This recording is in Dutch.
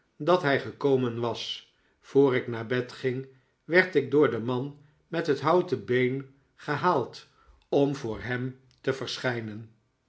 dat hij gekomen was voor ik naar bed ging werd ik door den man met het houten been gehaald om voor hem te verschijnen